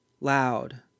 loud